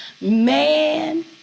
man